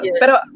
pero